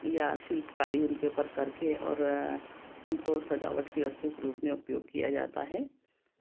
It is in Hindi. या शिल्पकारी उनके ऊपर करके और उनको सजावट की वस्तु के रूप में उपयोग किया जाता है